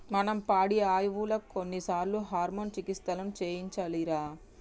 మనం పాడియావులకు కొన్నిసార్లు హార్మోన్ చికిత్సలను చేయించాలిరా